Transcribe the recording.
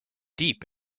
deep